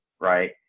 right